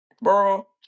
bro